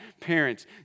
parents